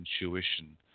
intuition